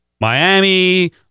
Miami